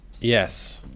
Yes